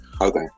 Okay